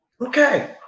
Okay